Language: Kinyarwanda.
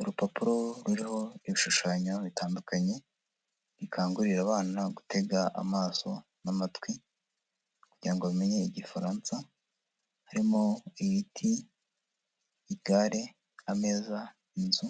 Urupapuro ruriho ibishushanyo bitandukanye, bikangurira abana gutega amaso n'amatwi, kugira ngo bamenye Igifaransa, harimo ibiti, igare, ameza, inzu,